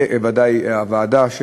ובוודאי הוועדה,